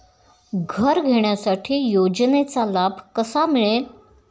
घर घेण्यासाठी योजनेचा लाभ कसा मिळेल?